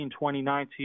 2019